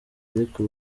ariko